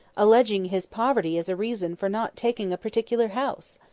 alleging his poverty as a reason for not taking a particular house.